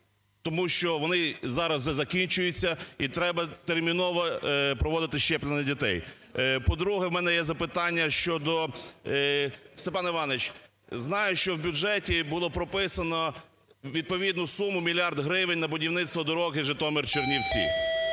Тому що вони зараз вже закінчуються і треба терміново проводити щеплення дітей. По-друге, у мене є запитання щодо, Степан Іванович, знаю, що в бюджеті було прописано відповідну суму мільярд гривень на будівництво доріг Житомир-Чернівці.